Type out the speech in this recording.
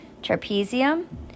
trapezium